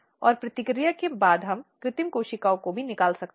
इसलिए वे शारीरिक प्रकृति में अधिक हैं